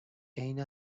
عین